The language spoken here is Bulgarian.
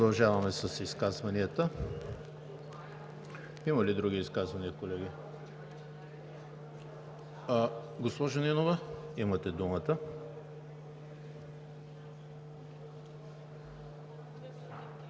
Продължаваме с изказванията. Има ли други изказвания, колеги? Госпожо Нинова, имате думата.